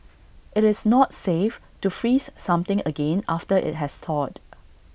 IT is not safe to freeze something again after IT has thawed